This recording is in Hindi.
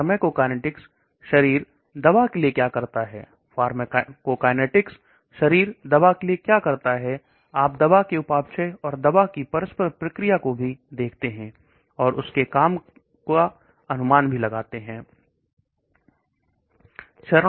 फॉर्मकोकाइनेटिक्स शरीर दवा के लिए क्या करता है वरना को काइनेटिक्स शरीर दवा के लिए क्या करता है आप दवा के उपापचय और पर इस प्रक्रिया को भी देखते हैं और उसके काम का अनुमान भी लगाते हैं